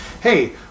hey